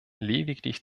lediglich